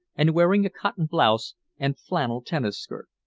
and wearing a cotton blouse and flannel tennis skirt.